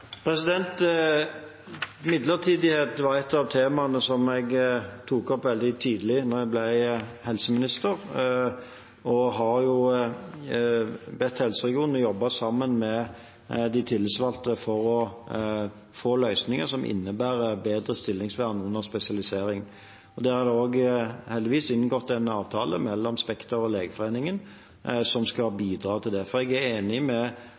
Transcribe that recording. Midlertidighet var et av temaene som jeg tok opp veldig tidlig da jeg ble helseminister, og jeg har bedt helseregionene jobbe sammen med de tillitsvalgte for å få løsninger som innebærer bedre stillingsvern under spesialisering. Der er det også heldigvis inngått en avtale mellom Spekter og Legeforeningen, som skal bidra til det. Jeg er enig